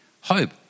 hope